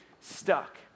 stuck